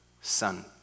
son